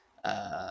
err